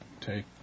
take